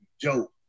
joke